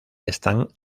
están